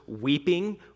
weeping